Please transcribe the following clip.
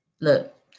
Look